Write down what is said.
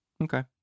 Okay